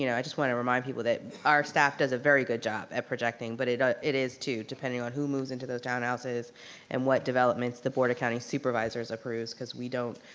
you know i just wanna remind people that our staff does a very good job at projecting but it does, ah it is too, depending on who moves into those townhouses and what developments the board of county supervisors approves because we don't,